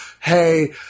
Hey